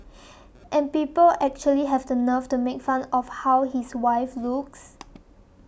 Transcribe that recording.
and people actually have the nerve to make fun of how his wife looks